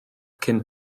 cyn